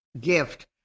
gift